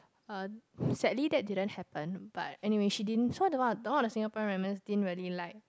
uh sadly that didn't happen but anyway she didn't so about the all the Singaporeans didn't really like